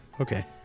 Okay